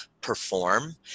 perform